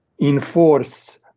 enforce